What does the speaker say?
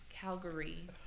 Calgary